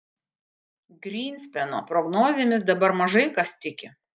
grynspeno prognozėmis dabar mažai kas tiki